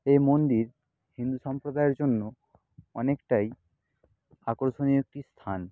এই মন্দির হিন্দু সম্প্রদায়ের জন্য অনেকটাই আকর্ষণীয় একটি স্থান